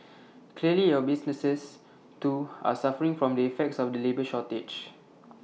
clearly your businesses too are suffering from the effects of the labour shortage